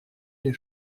les